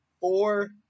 four